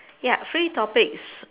ya three topics